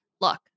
look